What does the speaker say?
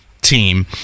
team